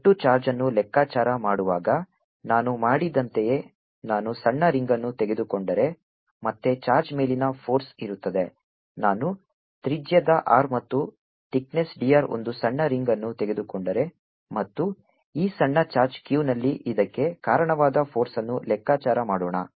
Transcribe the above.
ಒಟ್ಟು ಚಾರ್ಜ್ ಅನ್ನು ಲೆಕ್ಕಾಚಾರ ಮಾಡುವಾಗ ನಾನು ಮಾಡಿದಂತೆಯೇ ನಾನು ಸಣ್ಣ ರಿಂಗ್ಅನ್ನು ತೆಗೆದುಕೊಂಡರೆ ಮತ್ತೆ ಚಾರ್ಜ್ ಮೇಲಿನ ಫೋರ್ಸ್ ಇರುತ್ತದೆ ನಾನು ತ್ರಿಜ್ಯದ r ಮತ್ತು ತಿಕ್ನೆಸ್ d r ಒಂದು ಸಣ್ಣ ರಿಂಗ್ಅನ್ನು ತೆಗೆದುಕೊಂಡರೆ ಮತ್ತು ಈ ಸಣ್ಣ ಚಾರ್ಜ್ q ನಲ್ಲಿ ಇದಕ್ಕೆ ಕಾರಣವಾದ ಫೋರ್ಸ್ಅನ್ನು ಲೆಕ್ಕಾಚಾರ ಮಾಡೋಣ